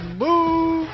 move